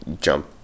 jump